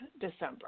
December